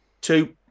Two